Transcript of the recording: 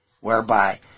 whereby